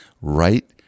right